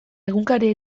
egunkaria